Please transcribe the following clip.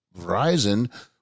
Verizon